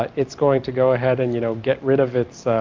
ah it's going to go ahead and you know get rid of its ah.